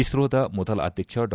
ಇಸ್ತೋದ ಮೊದಲ ಅಧ್ಯಕ್ಷ ಡಾ